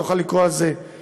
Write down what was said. תוכל לקרוא על זה מחר,